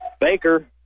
Baker